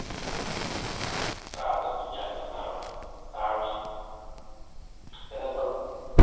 ꯆꯥꯗ꯭ꯔꯗꯤ ꯒ꯭ꯌꯥꯟ ꯃꯦꯟ ꯇꯥꯔꯣꯏ ꯆꯥꯔꯣꯁꯦ